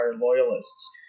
loyalists